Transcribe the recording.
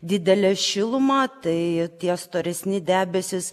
didelę šilumą tai tie storesni debesys